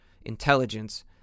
intelligence